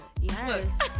Yes